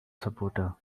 supporter